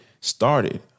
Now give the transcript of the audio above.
started